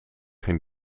ging